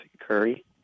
Curry